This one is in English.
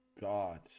God